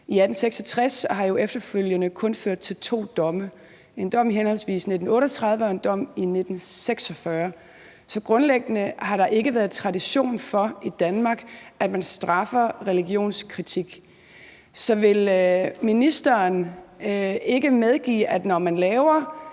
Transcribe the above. i 1866 og har efterfølgende kun ført til to domme: en dom i 1938 og en dom i 1946. Så grundlæggende har der ikke været tradition for i Danmark, at man straffer religionskritik. Så vil ministeren ikke medgive, at når man laver